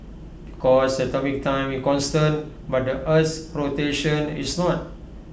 because atomic time is constant but the Earth's rotation is not